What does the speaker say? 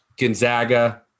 Gonzaga